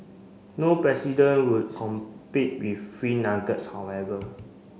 no president would compete with free nuggets however